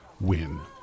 Win